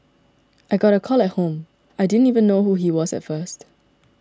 I got a call at home I didn't even know who he was at first